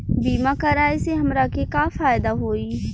बीमा कराए से हमरा के का फायदा होई?